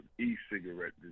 e-cigarette